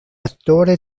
attore